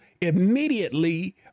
immediately